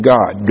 God